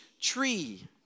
tree